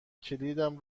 کلیدم